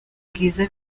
bwiza